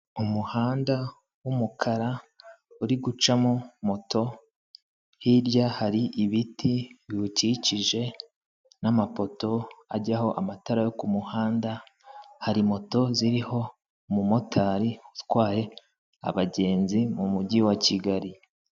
Umuhanda w'umukara uri gucamo moto, hirya hari ibiti biwukikije n'amapoto ajyaho amatara yo ku muhanda, hari moto ziriho umumotari utwaye abagenzi mu mujyi wa Kigali.